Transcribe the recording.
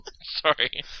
Sorry